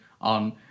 on